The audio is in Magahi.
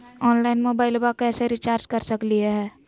ऑनलाइन मोबाइलबा कैसे रिचार्ज कर सकलिए है?